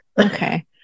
Okay